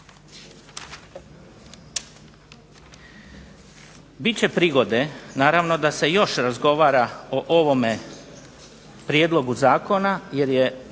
Bit će prigode naravno da se još razgovara o ovome prijedlogu zakona jer je